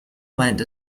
meint